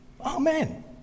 Amen